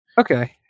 okay